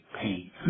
pain